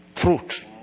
fruit